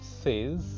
says